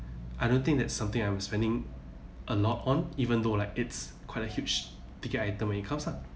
I don't think that's something I'm spending a lot on even though like it's quite a huge ticket item when it comes ah